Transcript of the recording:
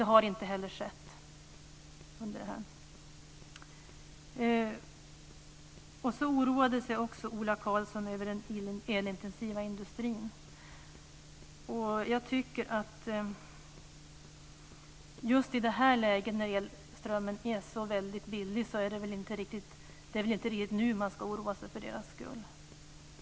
Det har inte heller skett underhand. Så oroade sig också Ola Karlsson över den elintensiva industrin. Just i det här läget, när elströmmen är så väldigt billig, tycker jag väl inte riktigt att man ska oroa sig för deras skull.